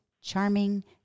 charming